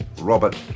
Robert